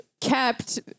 kept